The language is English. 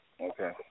Okay